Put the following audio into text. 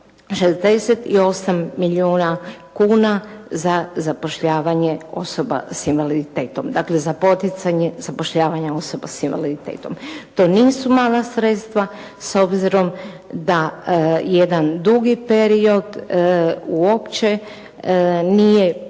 68 milijuna kuna za zapošljavanje osoba sa invaliditetom, dakle za poticanje zapošljavanja osoba sa invaliditetom. To nisu mala sredstva s obzirom da jedan dugi period uopće nije postojao